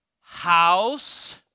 house